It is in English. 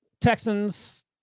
Texans